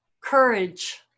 courage